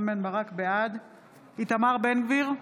בעד איתמר בן גביר,